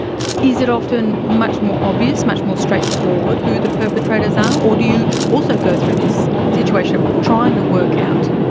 is it often much more obvious, much more straightforward who the perpetrators are, or do you also go through this situation of trying to work out?